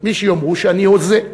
מי שיאמרו שאני הוזה,